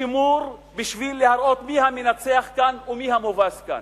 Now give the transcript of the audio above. שימור בשביל להראות מי המנצח כאן ומי המובס כאן.